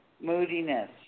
moodiness